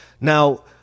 Now